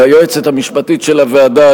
ליועצת המשפטית של הוועדה,